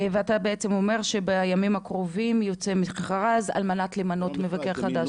ואתה בעצם אומר שבימים הקרובים יוצא מכרז על מנת למנות מבקר חדש?